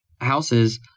houses